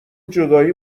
جدایی